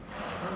!huh!